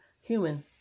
human